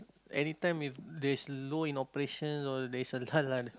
anytime with there's low in operation or there's a